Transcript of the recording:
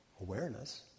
awareness